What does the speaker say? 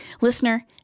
Listener